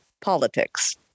politics